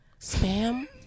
Spam